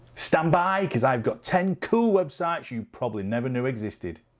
standby because i've got ten cool websites you probably never knew existed